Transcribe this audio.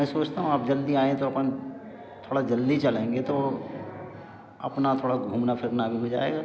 मैं सोचता हूँ आप जल्दी आएँ तो अपन थोड़ा जल्दी चलेंगे तो अपना थोड़ा घूमना फिरना भी हो जाएगा